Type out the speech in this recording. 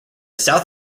south